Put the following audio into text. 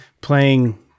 playing